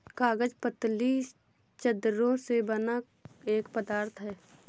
कागज पतली चद्दरों से बना एक पदार्थ है